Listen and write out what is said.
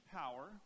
power